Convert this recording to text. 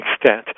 extent